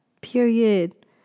period